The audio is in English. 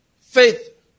Faith